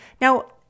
Now